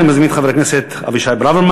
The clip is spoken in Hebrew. אני מזמין את חבר הכנסת אבישי ברוורמן,